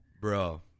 Bro